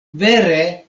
vere